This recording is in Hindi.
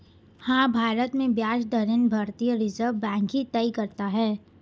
हाँ, भारत में ब्याज दरें भारतीय रिज़र्व बैंक ही तय करता है